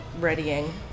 readying